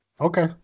Okay